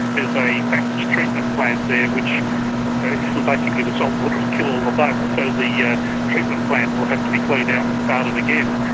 there's a package treatment plant there which basically the salt water will kill all the bugs, so the yeah treatment plant will have to be cleaned out and started again.